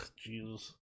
Jesus